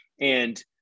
And-